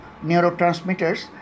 neurotransmitters